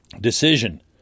decision